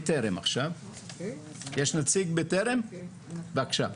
נציג בטרם בבקשה.